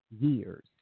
years